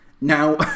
Now